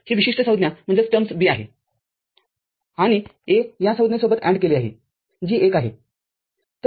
ही विशिष्ट संज्ञा B आहे आणि A या संज्ञेसोबत AND केले आहे जी १ आहे